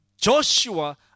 Joshua